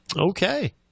Okay